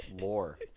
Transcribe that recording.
lore